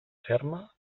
ferma